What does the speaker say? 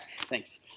Thanks